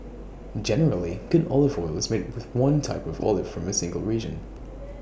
generally good olive oil is made with one type of olive from A single region